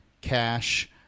Cash